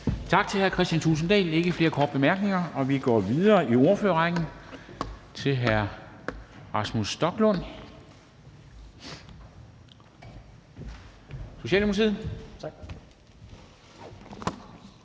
Tak til hr. Kristian Thulesen Dahl. Der er ikke flere korte bemærkninger, og vi går videre i ordførerrækken til hr. Rasmus Stoklund, Socialdemokratiet. Kl.